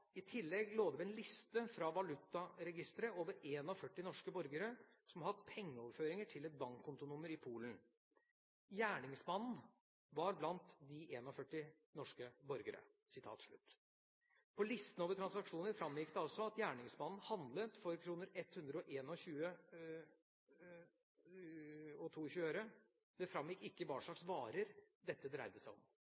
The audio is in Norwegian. «I tillegg lå det ved en liste fra valutaregisteret over 41 norske borgere som har hatt pengeoverføringer til et bankkontonummer i Polen. [Gjerningsmannen] var blant de 41 norske borgerne.» På listen over transaksjoner framgikk det også at gjerningsmannen handlet for 121,22 kr. Det framgikk ikke hva slags